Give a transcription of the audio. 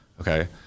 okay